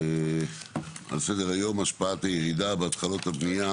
על סדר היום השפעת הירידה בהתחלות הבנייה